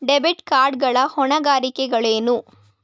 Debit card ಗಳ ಹೊಣೆಗಾರಿಕೆಗಳೇನು?